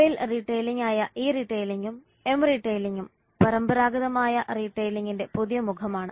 mobile retailing ആയ e റീട്ടെയിലിംഗും m റീട്ടെയിലിംഗും പരമ്പരാഗത റീട്ടെയിലിംഗിന്റെ പുതിയ മുഖമാണ്